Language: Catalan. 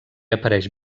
apareix